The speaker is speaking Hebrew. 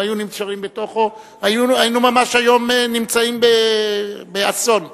אם היו נשארים בתוכו היינו היום באסון ממש.